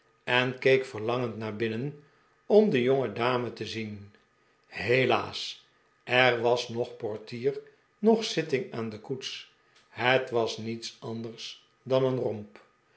en keek verlangend naar binnen om de jongedame te zien helaas er was noch portier noch zitting aan de koets het was niets anders dan een romp